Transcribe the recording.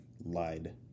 lied